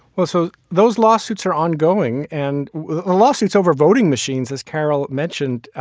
well, so those lawsuits are ongoing and lawsuits over voting machines, as carol mentioned,